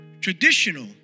traditional